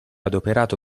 adoperato